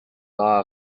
law